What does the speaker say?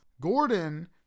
Gordon